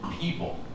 people